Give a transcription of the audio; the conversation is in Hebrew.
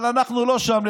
אבל אנחנו לא שם.